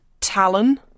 Talon